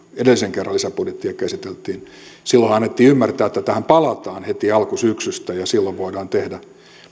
edellisen kerran lisäbudjettia käsiteltiin silloinhan annettiin ymmärtää että tähän palataan heti alkusyksystä ja silloin voidaan tehdä